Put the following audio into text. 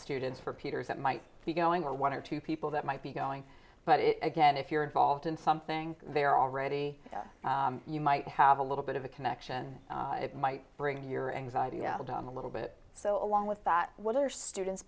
students for peters that might be going or one or two people that might be going but again if you're involved in something they're already you might have a little bit of a connection it might bring your anxiety album a little bit so along with that what are students